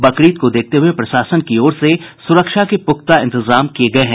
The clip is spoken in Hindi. बकरीद को देखते हये प्रशासन की ओर से सुरक्षा के पुख्ता इंतजाम किये गये हैं